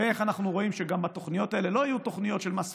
ואיך אנחנו רואים שהתוכניות האלה גם לא יהיו תוכניות של מס שפתיים,